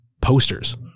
posters